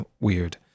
weird